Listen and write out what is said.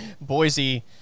Boise